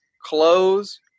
clothes